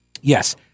Yes